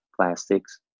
plastics